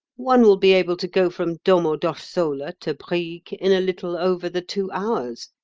one will be able to go from domo d'orsola to brieg in a little over the two hours.